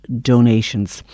donations